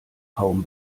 kaum